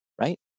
Right